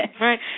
Right